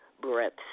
breaths